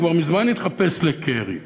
הוא כבר מזמן התחפש לקרי.